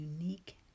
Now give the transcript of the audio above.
unique